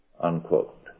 Unquote